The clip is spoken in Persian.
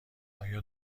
آیا